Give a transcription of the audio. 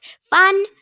Fun